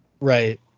Right